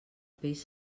peix